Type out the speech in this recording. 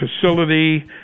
facility